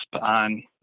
on